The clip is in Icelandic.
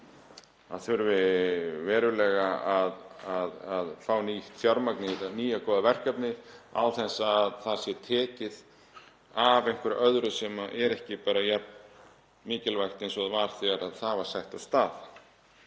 það þurfi verulega að fá nýtt fjármagn í þetta nýja góða verkefni án þess að það sé tekið af einhverju öðru sem er ekki bara jafn mikilvægt og það var þegar það var sett af stað.